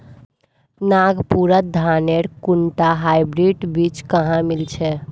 नागपुरत धानेर कुनटा हाइब्रिड बीज कुहा मिल छ